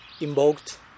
invoked